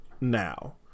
now